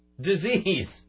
disease